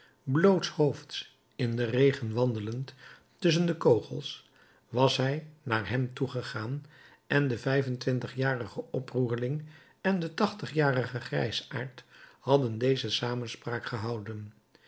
blootshoofds in den regen wandelend tusschen de kogels was hij naar hem toegegaan en de vijf en twintigjarige oproerling en de tachtigjarige grijsaard hadden deze samenspraak gehouden